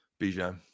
Bijan